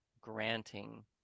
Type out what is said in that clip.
granting